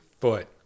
foot